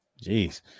Jeez